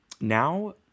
now